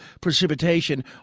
precipitation